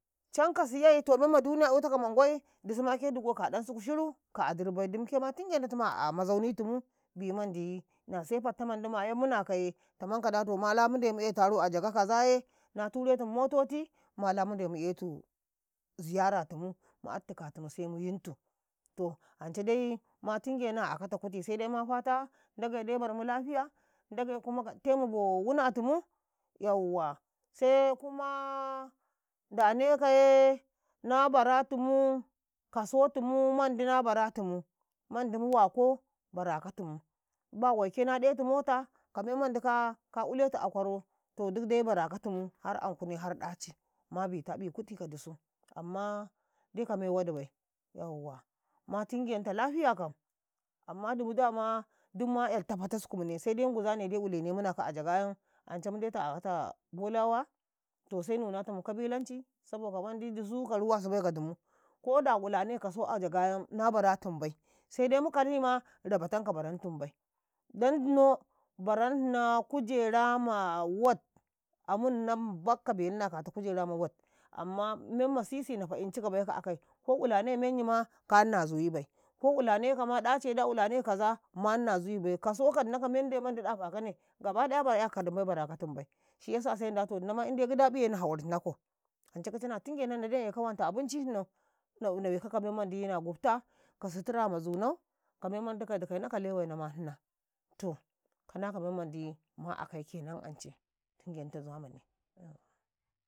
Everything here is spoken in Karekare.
﻿Canka siyay to memma duniya eutaka mangwai desuma ke digo kaɗan suku shiru ka adribai, dumke ma tingenatuma amazauni tumu, bimandi na se fatta mandi mayan munakaye tamanka da to mala munde mu ea taro a jaga kazaye na turetum mototi mala munde mu etu ziyara tumu mmu'atta katumu se muyintu to ance dai ma tingena akata kuti sede matata ndagaide barmu lafiya ndagai kuma a gaɗttemu bo wuna tumu yawwa see kuma ndanekaye na baratumutu kasotumumandi, nabaratumu mandi mu wako barakatumu, ba waike na ɗetu mota ka memmandi ka ka uletu a kwaro to duk de barakatumu har ankuni har ɗaci mabitaƃi kuti ka dirsu amma de ka me wadibai yawwa matingenta lafiya kam amma dumu dam duk ma 'yalita pataskumne seden nguzane de ulenemunaka a yaga ayan ance mundetu akata bolawa to se bimetum qabilanci, saboka mandi dusu ka ruwasubai ka dumu ko da ulane kaso a jagayan na barantumbai sede mu kalima rabatanka barantumbai don innau baranhino kujera macun amunau himbaɗ ka belu na kata kujera ma amma memma sisi na fa'incika bai ka akai ko ilane menyima kanina zuyibai, ko ulanekama daaye da ulane kaza manna zuyibai kaso ka inna ka mende mandi ɗafakane gaba ɗaya ba'ya kaɗimbai barakatumba se yasa se inda ina inde gidaƃiye na ha'urhinakau ance kice natingenannade na eka wanta abinci hinnau nau na weka ka memmandi na gufta ka sitira ma zunau kamemmandi ka dikena lewain aumahina to kana ka memmandi ma akai kanam ance tingenta zamani.